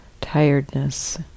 tiredness